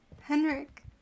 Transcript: Henrik